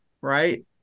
right